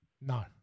No